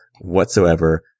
whatsoever